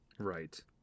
Right